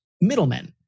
middlemen